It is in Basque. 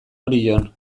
orion